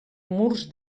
murs